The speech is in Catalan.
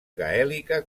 gaèlica